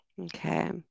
Okay